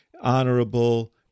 honorable